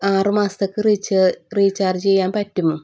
ആറ് മാസത്തേക്ക് reach recharge ചെയ്യാൻ പറ്റും